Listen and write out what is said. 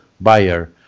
buyer